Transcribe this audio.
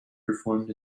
performed